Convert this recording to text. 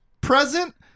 present